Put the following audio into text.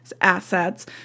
assets